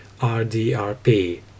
RDRP